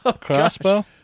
crossbow